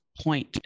point